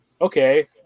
okay